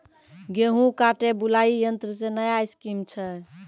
गेहूँ काटे बुलाई यंत्र से नया स्कीम छ?